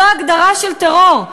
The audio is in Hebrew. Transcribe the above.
זו הגדרה של טרור.